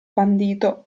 bandito